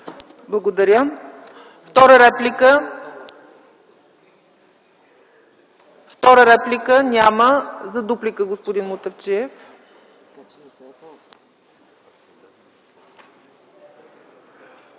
Благодаря. Втора реплика? Няма. За дуплика – господин Мутафчиев.